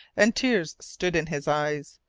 and tears stood in his eyes,